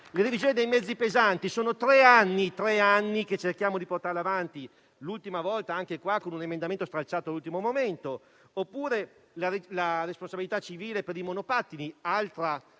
la revisione dei mezzi pesanti, che da tre anni cerchiamo di portare avanti (l'ultima volta anche qui in Senato, con un emendamento stralciato all'ultimo momento); il secondo è la responsabilità civile per i monopattini, altra